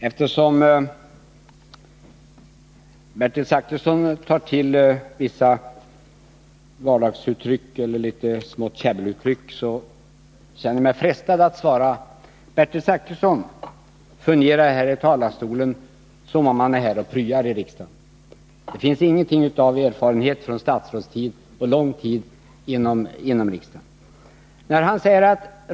Herr talman! Bertil Zachrisson använder sig av vissa vardagsuttryck, och jag känner mig frestad att svara på samma sätt: Bertil Zachrisson fungerar här i talarstolen som om han pryar i riksdagen. Det finns hos honom ingenting av erfarenhet från statsrådstid och lång tid som riksdagsman.